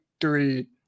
three